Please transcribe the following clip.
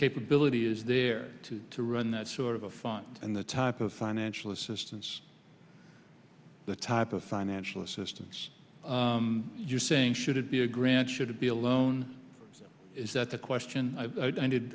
capability is there to to run that sort of a fund and the type of financial assistance the type of financial assistance you're saying should it be a grant should be alone is that the question